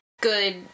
good